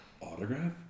Autograph